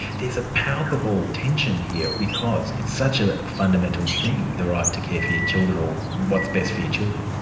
there's a palpable tension here, because it's such a fundamental thing, the right to care for your children or what's best for your children.